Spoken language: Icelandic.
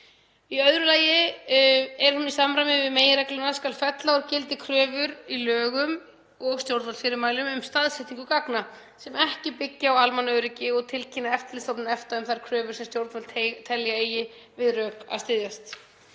Í öðru lagi, í samræmi við meginregluna, skal fella úr gildi kröfur í lögum og stjórnvaldsfyrirmælum um staðsetningu gagna sem ekki byggja á almannaöryggi og tilkynna Eftirlitsstofnun EFTA um þær kröfur sem stjórnvöld telja að eigi við rök að styðjast.